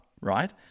right